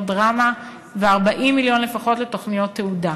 דרמה ו-40 מיליון לפחות לתוכניות תעודה.